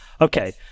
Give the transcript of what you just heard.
Okay